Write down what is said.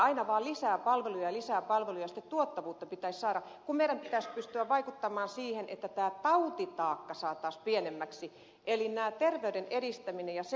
aina vaan lisää palveluja lisää palveluja ja sitten tuottavuutta pitäisi saada kun meidän pitäisi pystyä vaikuttamaan siihen että tämä tautitaakka saataisiin pienemmäksi eli terveyden edistämiseen